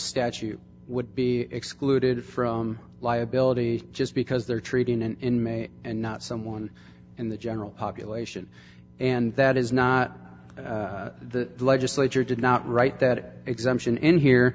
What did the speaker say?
statute would be excluded from liability just because they're treating an inmate and not someone in the general population and that is not the legislature did not write that exemption in here